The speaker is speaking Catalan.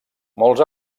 molts